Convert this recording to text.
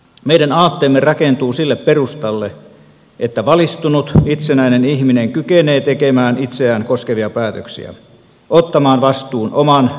meidän aatteemme rakentuu sille perustalle että valistunut itsenäinen ihminen kykenee tekemään itseään koskevia päätöksiä ottamaan vastuun oman yhteisönsä kehittämisestä